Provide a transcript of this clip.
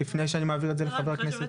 לפני שאני עובר לחברי הכנסת.